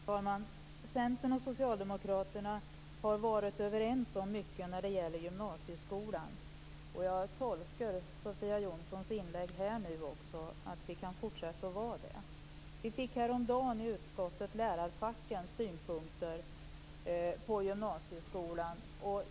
Fru talman! Centern och Socialdemokraterna har varit överens om mycket när det gäller gymnasieskolan. Jag tolkar Sofia Jonssons inlägg här som att vi kan fortsätta att vara det. Vi fick häromdagen i utskottet lärarfackens synpunkter på gymnasieskolan.